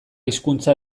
hizkuntza